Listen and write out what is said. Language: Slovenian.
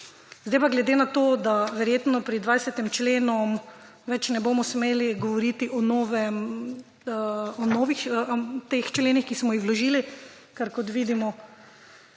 Zdaj pa glede na to, da verjetno pri 20. členu več ne bomo smeli govoriti o novem, o novih teh členih, ki smo jih vložili, ker kot vidimo,